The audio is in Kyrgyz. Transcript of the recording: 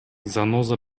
заноза